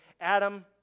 Adam